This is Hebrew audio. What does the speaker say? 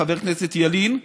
חבר הכנסת ילין,